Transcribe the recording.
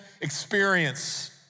experience